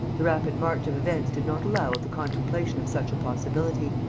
the rapid march of events did not allow of the contemplation of such a possibility.